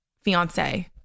fiance